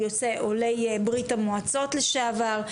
או עולי ברית המועצות לשעבר,